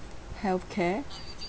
~care